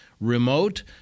remote